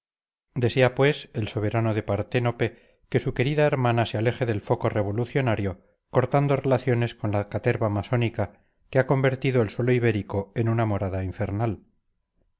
desea pues el soberano de parténope que su querida hermana se aleje del foco revolucionario cortando relaciones con la caterva masónica que ha convertido el suelo ibérico en una morada infernal